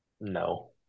No